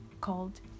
called